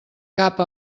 cap